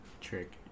Trick